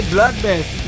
Bloodbath